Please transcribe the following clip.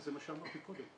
אז זה מה שאמרתי קודם,